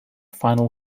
final